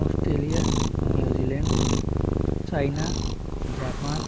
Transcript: Australia New Zealand China Japan